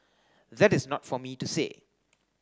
that is not for me to say